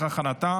11 בעד, מתנגד אחד.